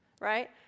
right